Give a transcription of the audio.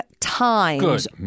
times